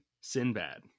Sinbad